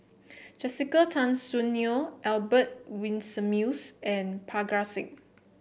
Jessica Tan Soon Neo Albert Winsemius and Parga Singh